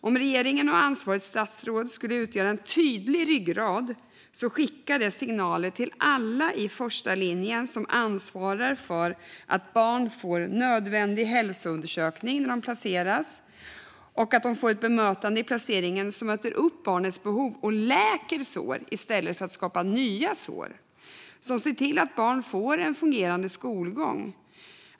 Om regeringen och ansvarigt statsråd utgjorde en tydlig ryggrad skulle det skicka signaler till alla i första linjen - till alla dem som ansvarar för att barn får en nödvändig hälsoundersökning när de placeras, för att barnen i placeringen får ett bemötande som möter upp deras behov och läker sår i stället för att skapa nya samt för att barnen får en fungerande skolgång.